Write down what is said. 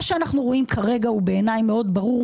מה שאנחנו רואים כרגע הוא בעיניי מאוד ברור.